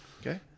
Okay